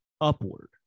upward